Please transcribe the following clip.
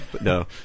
no